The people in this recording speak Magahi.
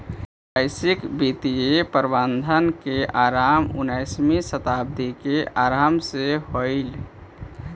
वैश्विक वित्तीय प्रबंधन के आरंभ उन्नीसवीं शताब्दी के आरंभ से होलइ